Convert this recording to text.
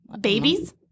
Babies